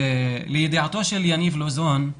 לידיעתו של יניב לוזון,